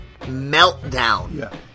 meltdown